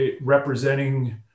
representing